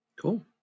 Cool